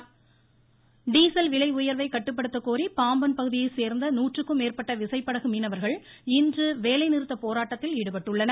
மீனவர்கள் ழசல் விலைஉயர்வைக் கட்டுப்படுத்த கோரி பாம்பன் பகுதியைச் சேர்ந்த நூற்றுக்கும் மேற்பட்ட விசைப்படகு மீனவர்கள் இன்று வேலைநிறுத்தப் போராட்டத்தில் ஈடுபட்டுள்ளனர்